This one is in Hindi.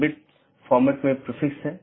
जिसे हम BGP स्पीकर कहते हैं